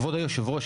כבוד היושב-ראש,